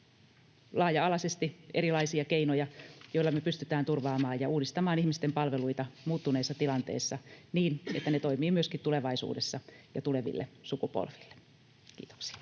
laaja-alaisesti erilaisia keinoja, joilla me pystytään turvaamaan ja uudistamaan ihmisten palveluita muuttuneessa tilanteessa, niin että ne toimivat myöskin tulevaisuudessa ja tuleville sukupolville. — Kiitoksia.